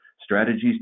Strategies